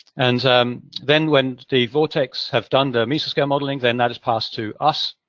and um then when the vortex have done their mesoscale modeling, then that is passed to us,